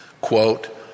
quote